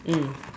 mm